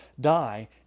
die